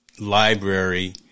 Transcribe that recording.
library